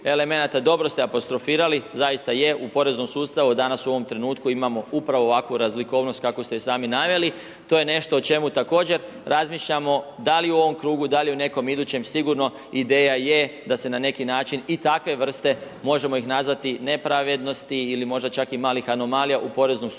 dobro ste apostrofirali, zaista je da u poreznom sustavu danas u ovom trenutku imamo upravo ovakvu razlikovnost kakvu ste i sami naveli, to je nešto o čemu također razmišljamo da li u ovom krugu, da li u nekom idućem, sigurno ideja je da se na neki način i takve vrst možemo nazvati nepravednosti ili možda čak i malih anomalija u poreznom sustavu